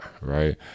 right